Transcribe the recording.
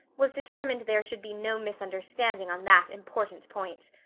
was determined there should be no misunderstanding on that important point.